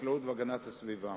החקלאות והגנת הסביבה.